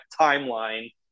timeline